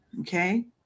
Okay